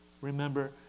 remember